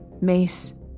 Mace